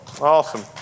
Awesome